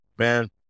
Man